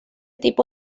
tipo